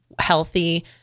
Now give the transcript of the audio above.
healthy